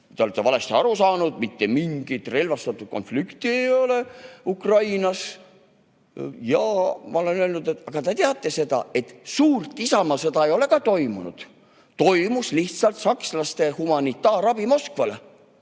te olete valesti aru saanud, mitte mingit relvastatud konflikt ei ole Ukrainas. Ja ma olen öelnud, et te teate seda, et suurt isamaasõda ei ole ka toimunud, oli lihtsalt sakslaste humanitaarabi Moskvale